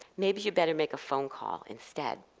maybe you'd better make a phone call instead.